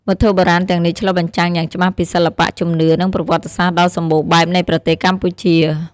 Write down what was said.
វត្ថុបុរាណទាំងនេះឆ្លុះបញ្ចាំងយ៉ាងច្បាស់ពីសិល្បៈ ជំនឿ និងប្រវត្តិសាស្ត្រដ៏សម្បូរបែបនៃប្រទេសកម្ពុជា។